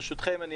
ברשותכם,